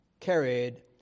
carried